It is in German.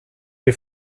die